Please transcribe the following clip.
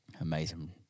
Amazing